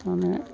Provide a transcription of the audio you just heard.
माने